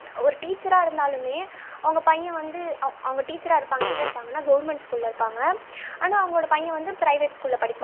ஒரு டீச்சராக இருந்தாலுமே அவங்க பையன் வந்து அவ அவங்க டீச்சராக இருப்பாங்க எங்கே இருப்பாங்கன்னா கவர்மெண்ட் ஸ்கூலில் இருப்பாங்க ஆனால் அவங்களோட பையன் வந்து ப்ரைவேட் ஸ்கூலில் படிப்பான்